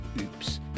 Oops